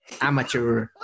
amateur